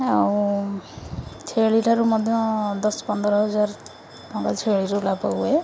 ଆଉ ଛେଳି ଠାରୁ ମଧ୍ୟ ଦଶ ପନ୍ଦର ହଜାର ଟଙ୍କା ଛେଳିରୁ ଲାଭ ହୁଏ